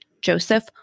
Joseph